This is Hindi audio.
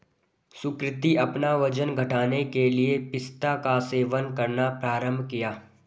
सुकृति अपना वजन घटाने के लिए पिस्ता का सेवन करना प्रारंभ किया